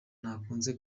nakunze